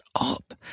up